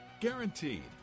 Guaranteed